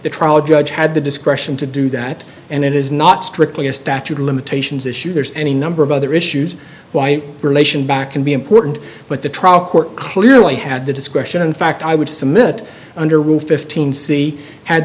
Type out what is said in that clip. the trial judge had the discretion to do that and it is not strictly a statute of limitations issue there's any number of other issues why relation back can be important but the trial court clearly had the discretion in fact i would submit under rule fifteen c had